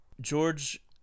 George